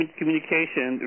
communication